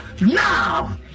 now